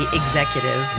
executive